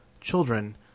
Children